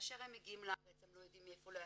שכאשר הם מגיעים לארץ הם לא יודעים מאיפה להתחיל,